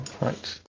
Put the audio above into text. right